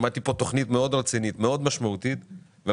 שמעתי כאן על תכנית מאוד רצינית ומאוד משמעותית ומהפכנית.